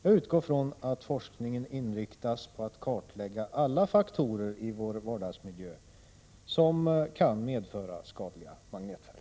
Jag utgår från att forskningen inriktas på att kartlägga alla faktorer i vår vardagsmiljö som kan medföra skadliga magnetfält.